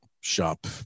shop